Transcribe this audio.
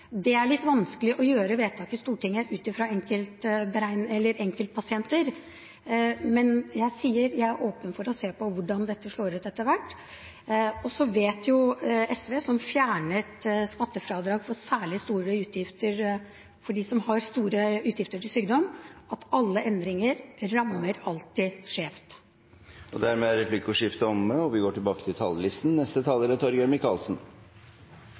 Det er litt vanskelig å gjøre vedtak i Stortinget ut fra enkeltpasienter, men jeg sier at jeg er åpen for å se på hvordan dette slår ut etter hvert. Og så vet jo SV, som fjernet skattefradrag for særlig store utgifter for dem som har store utgifter til sykdom, at alle endringer alltid rammer skjevt. Replikkordskiftet er omme. Til den siste runden vil andre fra Arbeiderpartiet legge fram vårt syn på det, men jeg tror vi